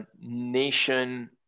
nation